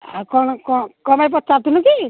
ଆଉ କ'ଣ କ କ'ଣ ପାଇଁ ପଚାରୁଥିଲୁ କି